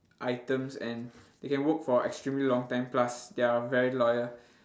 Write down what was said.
items and they can work for extremely long time plus they are very loyal